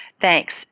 Thanks